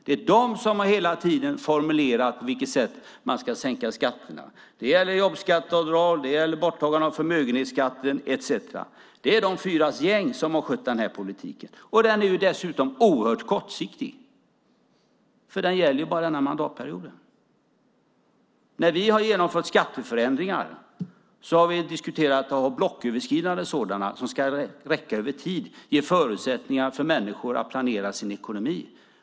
Det är de som hela tiden har formulerat på vilket sätt man ska sänka skatterna. Det gäller jobbskatteavdrag, och det gäller borttagande av förmögenhetsskatten etcetera. Det är de fyras gäng som har skött den här politiken, och den är dessutom oerhört kortsiktig, för den gäller bara den här mandatperioden. När vi har genomfört skatteförändringar har vi diskuterat att ha blocköverskridande sådana som ska räcka över tid och ge förutsättningar för människor att planera sin ekonomi.